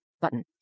Button